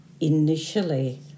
initially